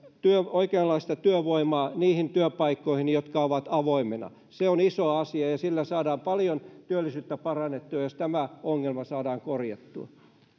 oikeanlaista työvoimaa niihin työpaikkoihin jotka ovat avoimina se on iso asia ja sillä saadaan paljon työllisyyttä parannettua jos tämä ongelma saadaan korjattua